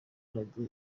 meddy